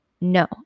No